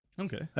Okay